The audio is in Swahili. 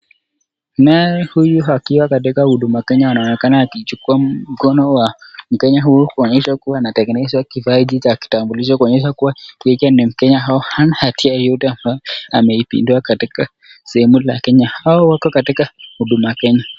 Naye huyu akiwa katika Huduma Kenya anaonekana akichukua mkono wa mkenya huyu kuonyesha kuwa anatengeneza kifaidi cha kitambulisho kuonyesha kuwa yake ni mkenya au hana hatia yoyote hapa amepindua katika sehemu la Kenya. Hao wako katika Huduma Kenya.